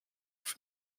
auf